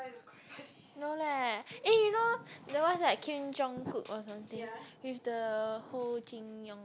no leh eh you know the one that Kim-Jong-Kook or something with the Ho-Jin-Young